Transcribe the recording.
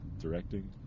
directing